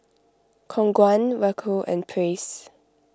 Khong Guan Raoul and Praise